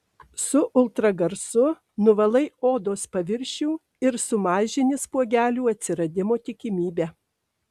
su ultragarsu nuvalai odos paviršių ir sumažini spuogelių atsiradimo tikimybę